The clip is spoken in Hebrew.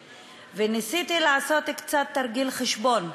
וניסיתי לעשות קצת תרגיל חשבון: